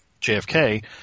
JFK